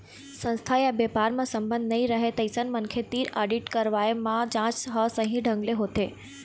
संस्था य बेपार म संबंध नइ रहय तइसन मनखे तीर आडिट करवाए म जांच ह सही ढंग ले होथे